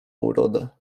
urodę